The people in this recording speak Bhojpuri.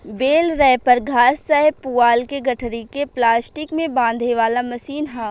बेल रैपर घास चाहे पुआल के गठरी के प्लास्टिक में बांधे वाला मशीन ह